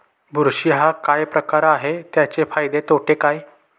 बुरशी हा काय प्रकार आहे, त्याचे फायदे तोटे काय?